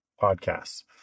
podcasts